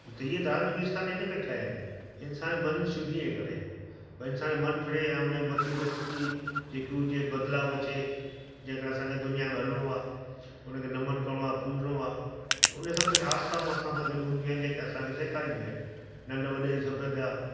ही धार्मिक आस्थानु इनकरे ठहिया आहिनि इंसान मन शुद्धीअ जे करे भई इंसान जो मन फिरे ऐं मति गति जे कि हुजे बदिलाउ अचे जे करे असांखे दुनिया में हलिणो आहे हुनखे नमन करिणो आहे पूॼिणो आहे त हुन सां कुझु आस्थाऊं सां गॾु हूंदियूं आहिनि जे के असांखे सेखारींदियूं आहिनि नंढ वॾाई जी सभ्य था